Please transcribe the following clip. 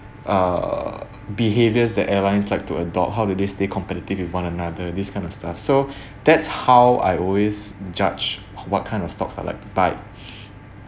err behaviors that airlines like to adopt how do they stay competitive with one another this kind of stuff so that's how I always judge what kind of stocks I'd like to buy